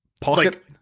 Pocket